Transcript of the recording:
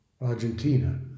Argentina